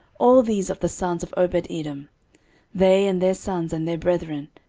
all these of the sons of obededom they and their sons and their brethren,